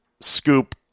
scoop